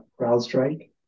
CrowdStrike